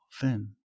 thin